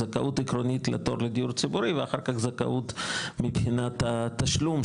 זכאות עקרונית לתואר לדיור ציבורי ואחר כך זכות מבחינת התשלום,